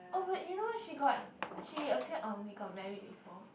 oh but you know she got she appeared on We Got Married before